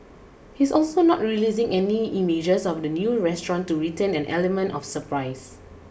he's also not releasing any images of the new restaurant to retain an element of surprise